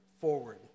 forward